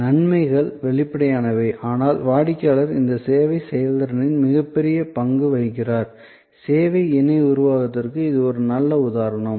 நன்மைகள் வெளிப்படையானவை ஆனால் வாடிக்கையாளர் இந்த சேவை செயல்திறனில் மிகப் பெரிய பங்கு வகிக்கிறார் சேவை இணை உருவாக்கத்திற்கு இது ஒரு நல்ல உதாரணம்